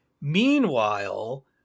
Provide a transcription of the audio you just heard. Meanwhile